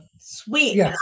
Sweet